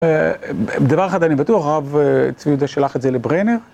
דבר אחד אני בטוח, הרב צבי יהודה שלח את זה לברנר.